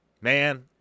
man